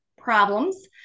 problems